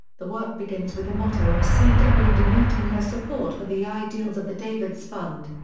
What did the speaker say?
the work begins with the motto of c w denoting her support for the ideals of the davidsbund.